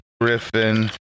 Griffin